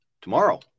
tomorrow